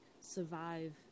survive